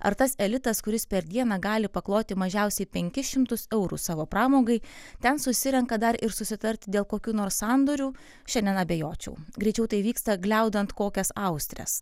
ar tas elitas kuris per dieną gali pakloti mažiausiai penkis šimtus eurų savo pramogai ten susirenka dar ir susitarti dėl kokių nors sandorių šiandien abejočiau greičiau tai vyksta gliaudant kokias austres